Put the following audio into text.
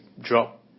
drop